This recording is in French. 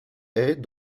est